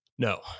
No